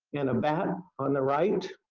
and a bat on the right,